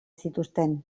zituzten